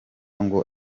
ngo